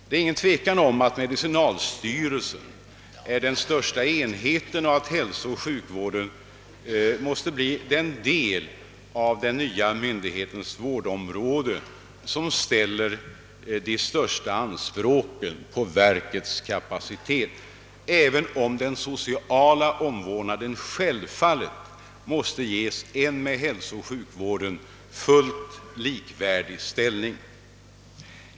Det är inget tvivel om att medicinalstyrelsen är den största enheten och att hälsooch sjukvården måste bli den del av den nya myndighetens vårdområde som ställer de största anspråken på verkets kapacitet, även om den sociala omvårdnaden självfallet måste ges en med hälsooch sjukvården fullt likvärdig ställning.